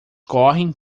correm